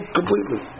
completely